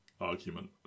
argument